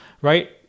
right